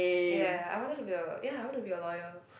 ya I wanted to be a ya I want to be a lawyer